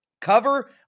cover